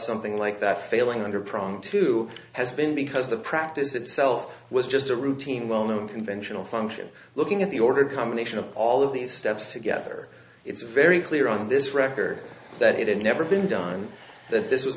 something like that failing under prong two has been because the practice itself was just a routine well known conventional function looking at the ordered combination of all of these steps together it's very clear on this record that it had never been done that this was